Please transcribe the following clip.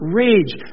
rage